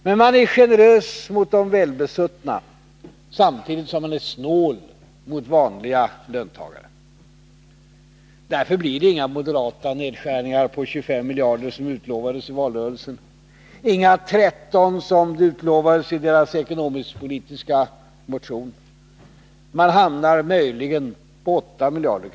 Men man är generös mot de välbesuttna, samtidigt som man är snål mot vanliga löntagare. Därför blir det inga moderata nedskärningar på 25 miljarder, som utlovades i valrörelsen, och inga 13 miljarder, som utlovades i deras ekonomisk-politiska motion. Man hamnar möjligen på 8 miljarder.